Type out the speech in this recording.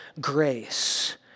grace